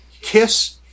Kiss